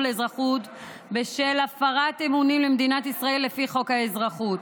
אזרחות בשל הפרת אמונים למדינת ישראל לפי חוק האזרחות.